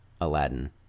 Aladdin